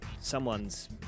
someone's